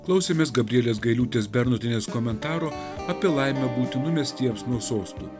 klausėmės gabrielės gailiūtės bernotienės komentaro apie laimę būti numestiems nuo sostų